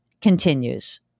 Continues